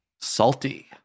salty